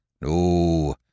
No